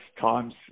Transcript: times